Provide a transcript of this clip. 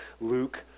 Luke